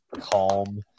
calm